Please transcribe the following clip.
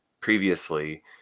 previously